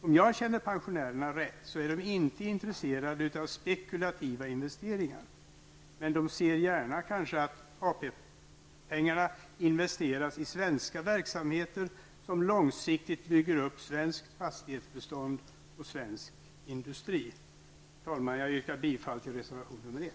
Om jag känner pensionärerna rätt är de inte intresserade av spekulativa investeringar, men de ser kanske gärna att AP-pengarna investeras i svenska verksamheter, som långsiktigt bygger upp svenskt fastighetsbestånd och svensk industri. Herr talman! Jag yrkar bifall till reservation nr 1.